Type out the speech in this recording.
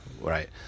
Right